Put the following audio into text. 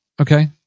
Okay